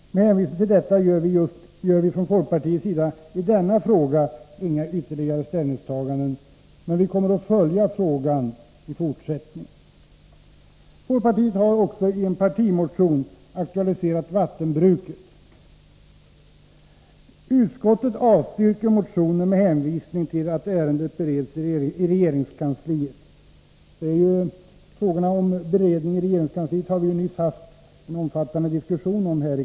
Med hänvisning till detta görs från folkpartiets sida i denna fråga inga ytterligare ställningstaganden, men vi , kommer att följa dess hantering i fortsättningen. Folkpartiet har i en partimotion också tagit upp frågan om vattenbruket. Utskottet avstyrker motionen med hänvisning till att ärendet bereds i regeringskansliet. Vi har nyss haft en omfattande diskussion här i kammaren om regeringskansliets beredning av olika frågor.